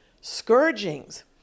scourgings